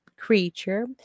creature